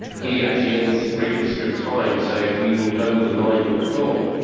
he actually ends brief history of time saying we will know the mind of god.